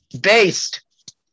Based